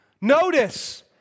Notice